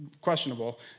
questionable